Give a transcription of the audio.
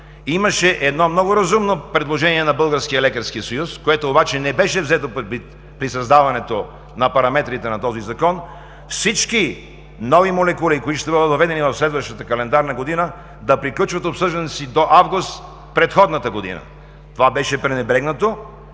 Имаше много разумно предложение на Българския лекарски съюз, което обаче не беше взето предвид при създаването на параметрите на този Закон – всички нови молекули, които ще бъдат въведени в следващата календарна година, да приключват обсъждането си до август предходната година. Това беше пренебрегнато